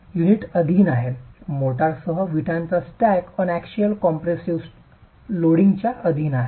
unit अधीन आहे मोर्टारसह विटांचा स्टॅक अनअनॅक्सियल कॉन्सेन्ट्रिक लोडिंगच्या अधीन आहे